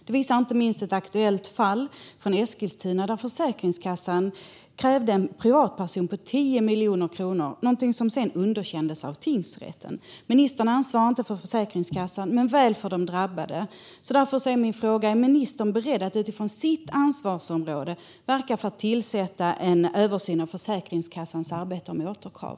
Det visar inte minst ett aktuellt fall från Eskilstuna där Försäkringskassan krävde en privatperson på 10 miljoner kronor, något som sedan underkändes av tingsrätten. Ministern ansvarar inte för Försäkringskassan men väl för de drabbade. Därför är min fråga om ministern är beredd att utifrån sitt ansvarsområde verka för att tillsätta en översyn av Försäkringskassans arbete med återkrav.